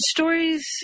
Stories